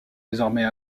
désormais